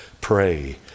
pray